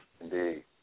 Indeed